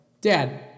Dad